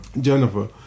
Jennifer